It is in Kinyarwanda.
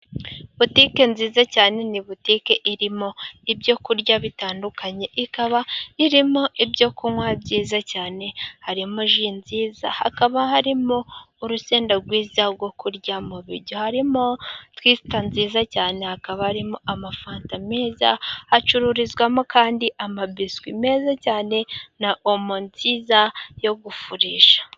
Butike nziza cyane ni butike irimo ibyo kurya bitandukanye. Ikaba irimo ibyo kunywa byiza cyane . Harimo ji nziza ,hakaba harimo urusenda rwiza rwo kurya mu biryo ,harimo tuwisita nziza cyane, hakaba harimo amafanta meza . Hacururizwamo kandi amabiswi meza cyane na omo nziza yo gufurisha.